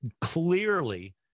clearly